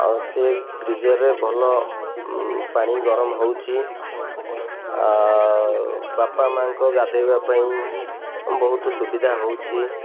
ଆଉ ସେ ଗିଜର୍ରେ ଭଲ ପାଣି ଗରମ ହେଉଛି ଆ ବାପା ମାଆଙ୍କ ଗାଧେଇବା ପାଇଁ ବହୁତ ସୁବିଧା ହେଉଛି